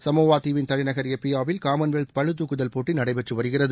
Samoa தீவின் தலைநகர் ஏப்பியாவில் காமன்வெல்த் பளு துக்குதல் போட்டி நடைபெற்று வருகிறது